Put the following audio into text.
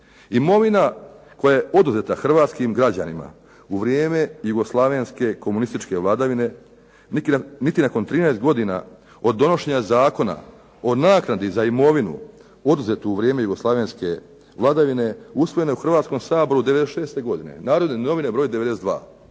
imovina koja je oduzeta Hrvatskim građanima u vrijeme jugoslavenske komunističke vladavine niti nakon 13 godina od donošenja zakona o naknadi za imovinu oduzetu u vrijeme Jugoslavenske vladavine usvojena je u Hrvatskom saboru 96. godine Narodne novine broj 92. dakle